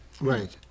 Right